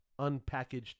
unpackaged